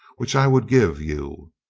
which i would give you.